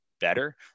better